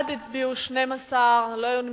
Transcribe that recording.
בעד הצביעו 12, לא היו מתנגדים,